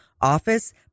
office